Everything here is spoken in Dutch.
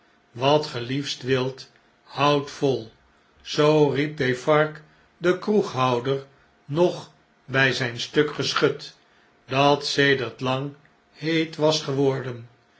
wat geliefst wilt houdt vol zoo riep defarge de kroeghouder nog bfl zijn stuk geschut dat seder t lang heet was geworden